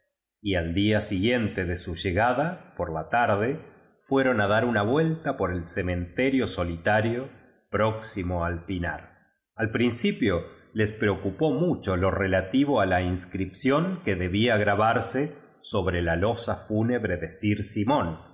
y al día siguiente de su llegada por la tarde fue ran a dar una vuelta por el cementerio soli tario próximo ni pinar al principio tes preocupó mucho lo rela tivo a la inscripción qué debía grabarse so bre la losa fúnebre de sir simón